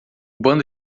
bando